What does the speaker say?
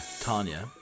Tanya